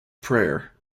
prayer